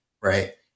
right